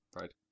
Right